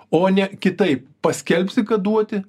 o ne kitaip paskelbsi kad duoti